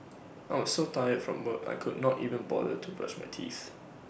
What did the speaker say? I was so tired from work I could not even bother to brush my teeth